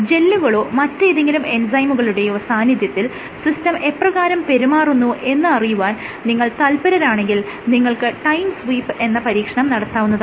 ജെല്ലുകളോ മറ്റേതെങ്കിലും എൻസൈമുകളുടെയോ സാന്നിധ്യത്തിൽ സിസ്റ്റം എപ്രകാരം പെരുമാറുന്നു എന്ന് അറിയാൻ നിങ്ങൾ തൽപരരാണെങ്കിൽ നിങ്ങൾക്ക് ടൈം സ്വീപ്പ് എന്ന പരീക്ഷണം നടത്താവുന്നതാണ്